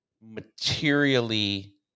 materially